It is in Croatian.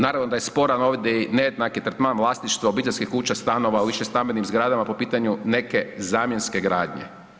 Naravno da je sporan ovdje i nejednaki tretman vlasništva obiteljske kuće, stanova u višestambenih zgradama po pitanju neke zamjenske gradnje.